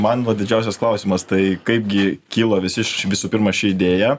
man va didžiausias klausimas tai kaipgi kilo visi visų pirma ši idėja